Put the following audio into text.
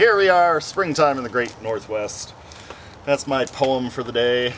here we are springtime in the great northwest that's my poem for the day